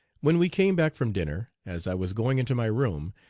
when we came back from dinner, as i was going into my room,